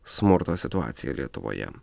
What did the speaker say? smurto situacija lietuvoje